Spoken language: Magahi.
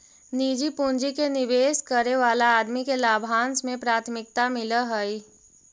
निजी पूंजी के निवेश करे वाला आदमी के लाभांश में प्राथमिकता मिलऽ हई